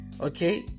Okay